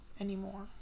anymore